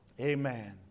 Amen